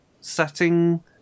setting